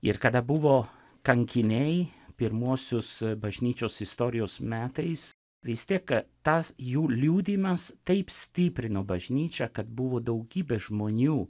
ir kada buvo kankiniai pirmuosius bažnyčios istorijos metais vis tiek tas jų liudijimas taip stiprino bažnyčią kad buvo daugybė žmonių